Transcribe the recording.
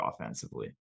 offensively